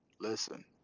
Listen